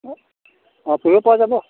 অ অ পুহিব পৰা যাব